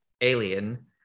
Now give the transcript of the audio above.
Alien